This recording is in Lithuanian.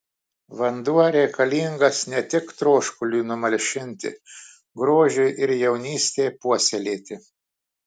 vanduo reikalingas ne tik troškuliui numalšinti grožiui ir jaunystei puoselėti